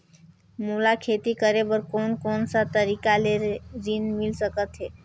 मोला खेती करे बर कोन कोन सा तरीका ले ऋण मिल सकथे?